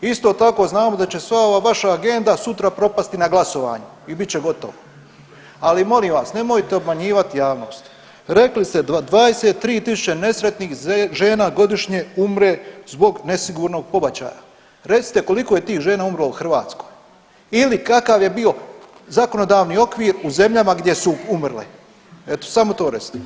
Isto tako znamo da će sva ova vaša agenda sutra propasti na glasovanju i bit će gotovo, ali molim vas nemojte obmanjivat javnost, rekli ste 23 tisuće nesretnih žena godišnje umre zbog nesigurnog pobačaja, recite koliko je tih žena umrlo u Hrvatskoj ili kakav je bio zakonodavni okvir u zemljama gdje su umrli, eto samo to recite.